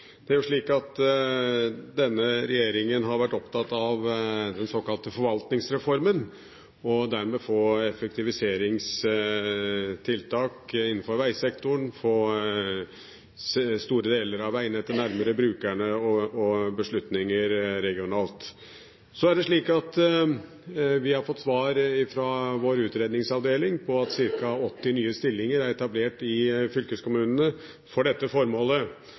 Det er jo slik at denne regjeringen har vært opptatt av den såkalte forvaltningsreformen, og dermed av å få effektiviseringstiltak innenfor vegsektoren på store deler av vegnettet nærmere brukerne og beslutninger regionalt. Så er det slik at vi har fått det svar fra vår utredningsavdeling at ca. 80 nye stillinger er etablert i fylkeskommunene for dette formålet.